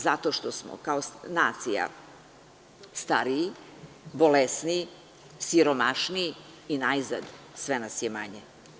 Zato što smo kao nacija stariji, bolesniji, siromašniji i najzad sve nas je manje.